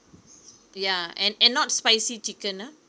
yeah and and not spicy chicken ah